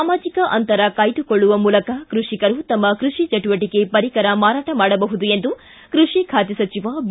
ಸಾಮಾಜಿಕ ಅಂತರ ಕಾಯ್ದುಕೊಳ್ಳುವ ಮೂಲಕ ಕೃಷಿಕರು ತಮ್ಮ ಕೃಷಿ ಚಟುವಟಿಕೆ ಪರಿಕರ ಮಾರಾಟ ಮಾಡಬಹುದು ಎಂದು ಕೃಷಿ ಖಾತೆ ಸಚಿವ ಬಿ